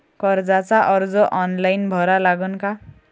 कर्जाचा अर्ज ऑनलाईन भरा लागन का?